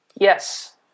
yes